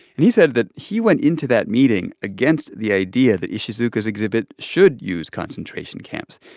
and he said that he went into that meeting against the idea that ishizuka's exhibit should use concentration camps,